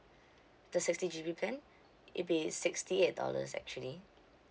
the sixty G_B plan it'll be sixty eight dollars actually